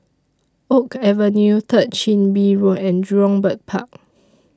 Oak Avenue Third Chin Bee Road and Jurong Bird Park